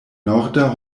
norda